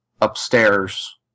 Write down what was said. upstairs